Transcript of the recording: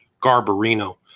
Garbarino